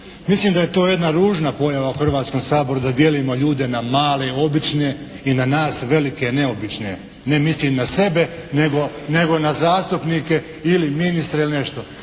Mislim da je to jedna ružna pojava u Hrvatskom saboru da dijelimo ljude na male obične i na nas velike neobične. Ne mislim na sebe, nego na zastupnike ili ministre ili nešto,